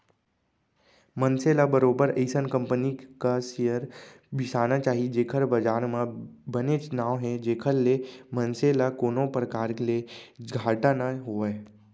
मनसे ल बरोबर अइसन कंपनी क सेयर बिसाना चाही जेखर बजार म बनेच नांव हे जेखर ले मनसे ल कोनो परकार ले घाटा झन होवय